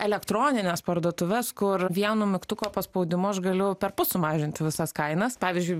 elektronines parduotuves kur vienu mygtuko paspaudimu aš galiu perpus sumažinti visas kainas pavyzdžiui